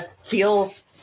feels